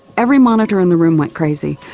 every monitor in the room went crazy,